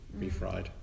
refried